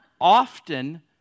often